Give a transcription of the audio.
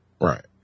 Right